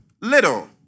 little